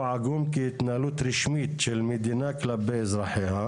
הוא עגום כהתנהלות רשמית של מדינה לאזרחיה.